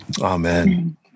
Amen